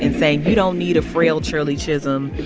and saying, you don't need a frail shirley chisholm.